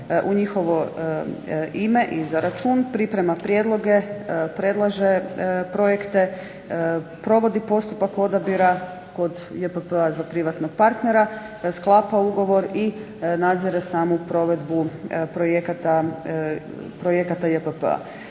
u njihovo ime i za račun priprema prijedloge, predlaže projekte, provodi postupak odabira kod JPP-a za privatnog partnera, sklapa ugovor i nadzire samu provedbu projekata JPP-a.